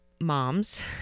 moms